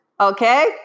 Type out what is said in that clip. Okay